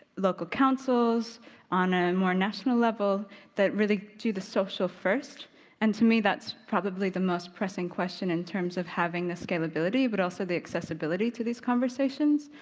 local councils on a more national level that really do the social first and to me that's probably the most pressing question in terms of having the scalability but also the accessibility to these conversations.